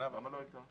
למה לא הייתה?